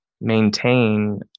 maintain